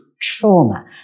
trauma